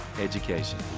education